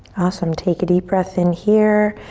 awesome, take a deep breath in here.